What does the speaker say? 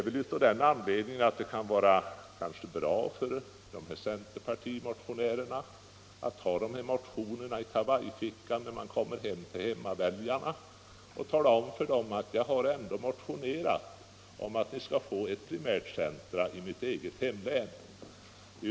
Anledningen är väl att det kan vara bra för dessa centerpartimotionärer att ha dessa motioner i kavajfickan när de kommer hem till väljarna. Man kan då hänvisa till att man ändå motionerat om att få ett primärt centrum i hemlänet.